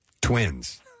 Twins